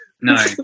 No